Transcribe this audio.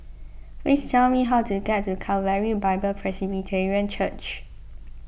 please tell me how to get to Calvary Bible Presbyterian Church